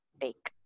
take